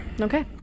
Okay